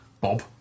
Bob